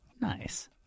nice